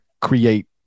create